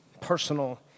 personal